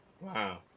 Wow